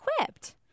equipped